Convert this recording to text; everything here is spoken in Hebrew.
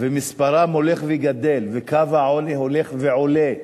ומספרם הולך וגדל, וקו העוני הולך ועולה,